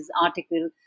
article